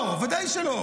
לא, ודאי שלא.